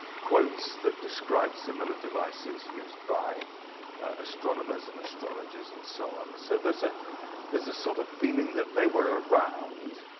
quotes that describe similar devices used by astronomers and astrologists and so on. so there's a there's a sort of feeling that they were around,